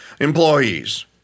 employees